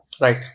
Right